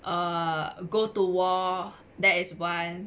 err go to war that is one